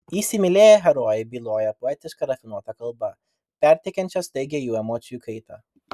įsimylėję herojai byloja poetiška rafinuota kalba perteikiančia staigią jų emocijų kaitą